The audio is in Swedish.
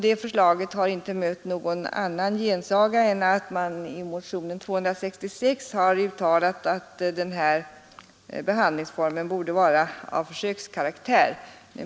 Det förslaget har inte mött annan gensaga än att man i motionen 266 uttalat att denna behandlingsform borde vara av försökskaraktär.